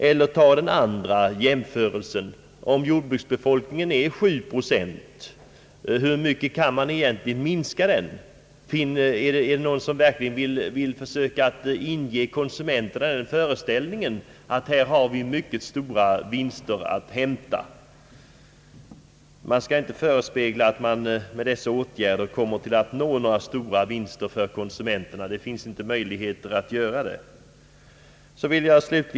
Eller låt oss göra en annan jämförelse: om jordbruksbefolkningen är 7 procent, hur mycket kan man egentligen minska den? Vill någon verkligen försöka inge konsumenterna den föreställningen, att de här har stora vinster att hämta? Man skall inte förespegla någon att man med dessa åtgärder komemr att nå stora vinster för konsumenterna. Det finns inte möjligheter att göra det.